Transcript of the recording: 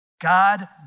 God